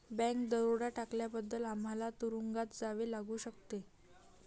bank दरोडा टाकल्याबद्दल आम्हाला तुरूंगात जावे लागू शकते